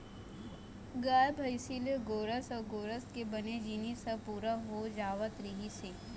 गाय, भइसी ले गोरस अउ गोरस के बने जिनिस ह पूरा हो जावत रहिस हे